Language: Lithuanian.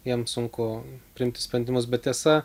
jiem sunku priimti sprendimus bet tiesa